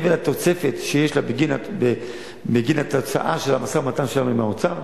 מעבר לתוספת שיש לה בגין התוצאה של המשא-ומתן שלנו עם האוצר,